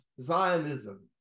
Zionism